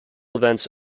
events